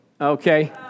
Okay